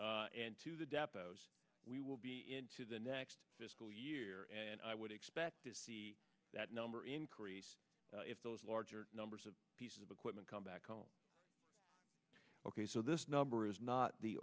and to the depos we will be into the next fiscal year and i would expect to see that number increase if those larger numbers of pieces of equipment come back home ok so this number is not the